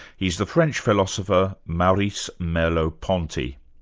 he's the french philosopher, maurice merleau-ponty.